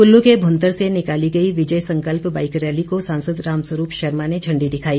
कुल्लू के भुंतर से निकालों गई विजय संकल्प बाईक रैली को सांसद राम स्वरूप शर्मा ने झंडी दिखाई